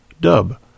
dub